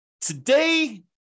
Today